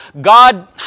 God